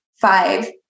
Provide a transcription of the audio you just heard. five